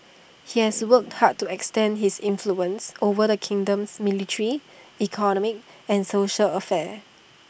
he has worked hard to extend his influence over the kingdom's military economic and social affairs